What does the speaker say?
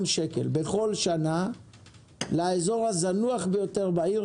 השקלים בכל שנה לאזור הזנוח ביותר בעיר,